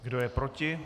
Kdo je proti?